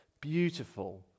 Beautiful